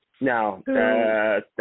No